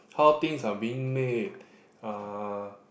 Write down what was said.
how things are being made uh